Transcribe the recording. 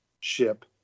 ship